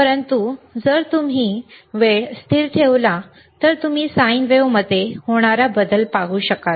परंतु जर तुम्ही वेळ स्थिर ठेवला तर तुम्ही साइन वेव्हमध्ये होणारा बदल पाहू शकाल